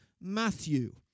Matthew